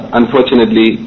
unfortunately